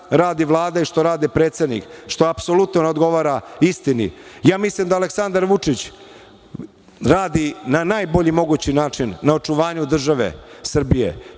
radi Vlada i što radi predsednik, što apsolutno ne odgovara istini. Mislim da Aleksandar Vučić radi na najbolji mogući način na očuvanju države Srbije,